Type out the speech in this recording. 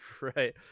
right